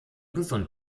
gesund